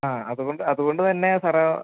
ആ അതുകൊണ്ട് അതുകൊണ്ട് തന്നെ സാർ